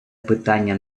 питання